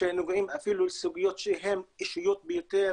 שנוגעים אפילו לסוגיות שהן אישיות ביותר